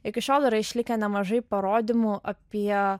iki šiol yra išlikę nemažai parodymų apie